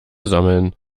sammeln